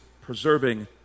preserving